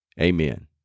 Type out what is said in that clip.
Amen